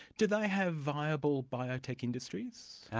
do they have viable biotech industries?